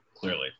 clearly